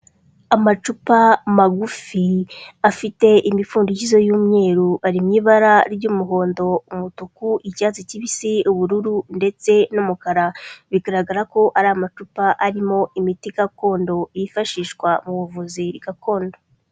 Amacupa magufi afite imifundikizo y'umweru, ari mu ibara ry'umuhondo, umutuku, icyatsi kibisi, ubururu ndetse n'umukara, bigaragara ko ari amacupa arimo imiti gakondo yifashishwa mu buvuzi gakondo.